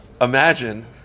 imagine